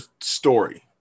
story